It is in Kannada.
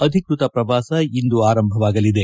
ಅಧಿಕೃತ ಪ್ರವಾಸ ಇಂದು ಆರಂಭವಾಗಲಿದೆ